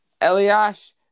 Eliash